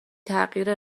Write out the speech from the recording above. تغییر